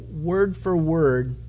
word-for-word